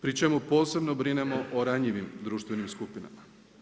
Pri čemu posebno brinemo o ranjivim društvenim skupinama.